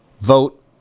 vote